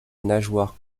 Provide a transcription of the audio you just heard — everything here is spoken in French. nageoire